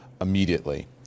immediately